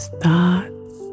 thoughts